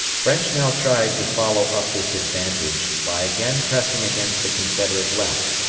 french now tried to follow up this advantage by again pressing against the confederate left,